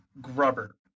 Grubber